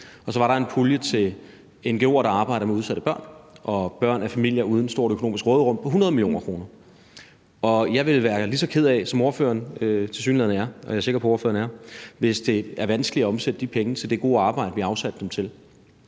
og så var der en pulje til ngo'er, der arbejder med udsatte børn og børn af familier uden stort økonomisk råderum, på 100 mio. kr. Jeg ville være lige så ked af det, som ordføreren tilsyneladende er, og som jeg er sikker på ordføreren er, hvis det er vanskeligt at omsætte de penge til det gode arbejde, vi afsatte dem til.